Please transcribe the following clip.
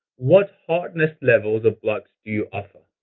what hardness levels of blocks do you offer?